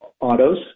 autos